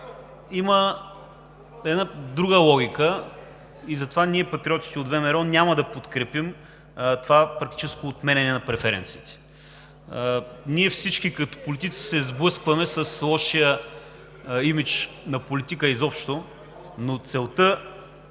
има една друга логика и затова ние, Патриотите от ВМРО, няма да подкрепим това практическо отменяне на преференциите. Всички ние като политици се сблъскваме с лошия имидж на политика изобщо, но целта